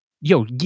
yo